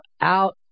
out